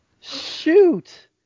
Shoot